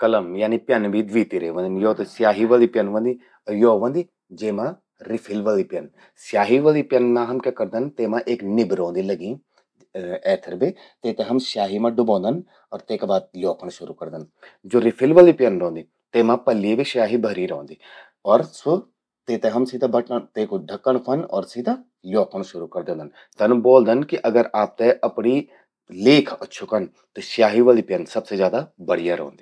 कलम यानि प्यन भी द्वी तिरे व्हंदिन। यो त स्याही वलि प्यन व्हंदि अर यो व्हंदि जेमां रिफिल वलि प्यन। स्याही वलि प्यन मां हम क्या करदन, तेमां यो निब रौंदि लग्यीं एथर बे। तेते हम स्याही मां डुबोंदन अर तेका बाद ल्योखण शुरू करदन। ज्वो रिफिल वलि प्यन व्हंदि, तेमां पल्ये बे स्याही भर्यीं रौंदि। अर स्वो, तेते हमुन सीधा तेकु ढक्कण ख्वोन अर सीधा ल्योखण शुरू करि द्योंदन। तन ब्वोलदन कि अगर आपते अपणूं लेख अच्छू कन, त स्याही वलि प्यन सबसे ज्यादा बढ़िया रौंदि।